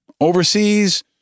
Overseas